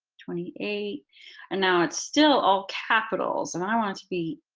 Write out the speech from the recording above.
twenty eight and now it's still all capitals and i want it to be